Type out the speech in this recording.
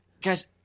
Guys